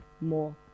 more